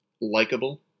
likable